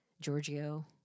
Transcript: Giorgio